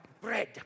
bread